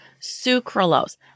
sucralose